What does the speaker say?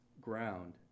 ground